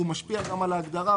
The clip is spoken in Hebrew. הוא משפיע גם על ההגדרה.